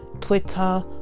Twitter